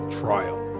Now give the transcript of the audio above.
trial